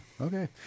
okay